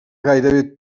gairebé